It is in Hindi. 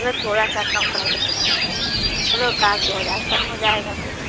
चलो थोड़ा सा कम कर दो चलो एकाध दो हज़ार कम हो जाएगा बस